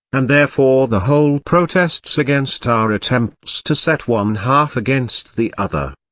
and therefore the whole protests against our attempts to set one half against the other.